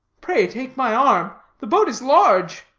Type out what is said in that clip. pray, take my arm! the boat is large!